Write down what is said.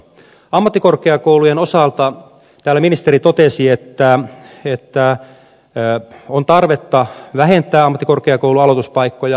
ammattikorkeakoulujen osalta täällä ministeri totesi että on tarvetta vähentää ammattikorkeakoulujen aloituspaikkoja